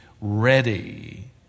ready